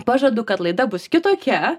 pažadu kad laida bus kitokia